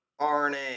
RNA